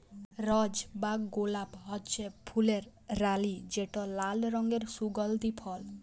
রজ বা গোলাপ হছে ফুলের রালি যেট লাল রঙের সুগল্ধি ফল